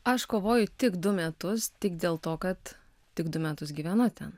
aš kovoju tik du metus tik dėl to kad tik du metus gyvenu ten